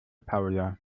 paula